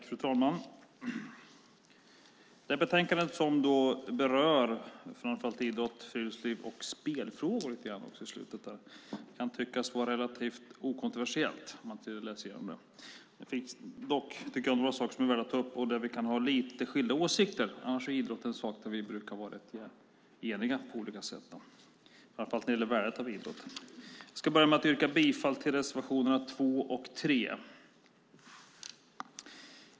Fru talman! Det här betänkandet berör idrott, friluftsliv och spelfrågor. Det kan tyckas vara relativt okontroversiellt när man läser det. Jag tycker dock att det finns några saker som är värda att ta upp där vi har lite skilda åsikter. Annars är idrott ett område där vi brukar vara rätt eniga. Det gäller framför allt värdet av idrotten. Jag ska börja med att yrka bifall till reservationerna 2 och 3.